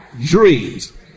dreams